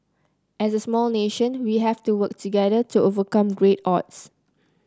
as a small nation we have to work together to overcome great odds